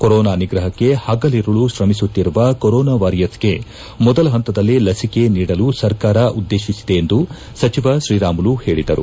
corona ನಿಗ್ರಹಕ್ಕೆ ಹಗಲಿರುಳು ಶ್ರಮಿಸುತ್ತಿರುವ ಕೋರನಾ ವಾರಿಯರ್ನ್ಗೆ ಮೊದಲ ಹಂತದಲ್ಲೇ ಲಸಿಕೆ ನೀಡಲು ಸರ್ಕಾರ ಉದ್ದೇತಿಸಿದೆ ಎಂದು ಸಚಿವ ಶ್ರೀರಾಮುಲು ಹೇಳಿದರು